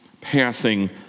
passing